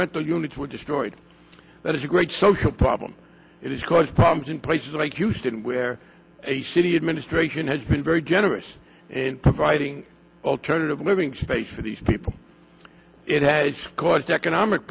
rental units were destroyed that is a great social problem it has caused problems in this is like houston where a city administration has been very generous and providing alternative living space for these people it has caused economic